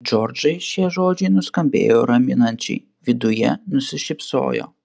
džordžai šie žodžiai nuskambėjo raminančiai viduje nusišypsojo